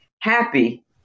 Happy